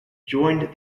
joined